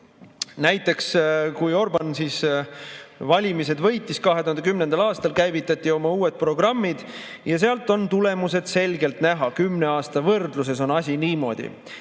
Näiteks kui Orbán valimised võitis 2010. aastal, käivitati oma uued programmid ja tulemused on selgelt näha. Kümne aasta võrdluses on asi niimoodi.